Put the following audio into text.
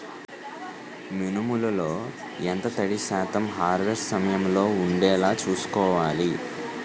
మినుములు లో ఎంత తడి శాతం హార్వెస్ట్ సమయంలో వుండేలా చుస్కోవాలి?